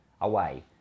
away